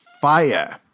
fire